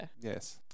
Yes